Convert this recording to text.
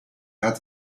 had